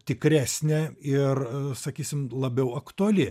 tikresnė ir sakysim labiau aktuali